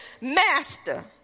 master